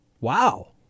wow